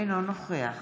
אינו נוכח